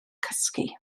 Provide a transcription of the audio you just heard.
cysgu